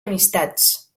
amistats